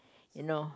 you know